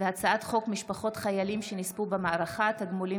הצעת חוק משפחות חיילים שנספו במערכה (תגמולים